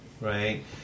right